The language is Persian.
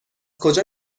کجا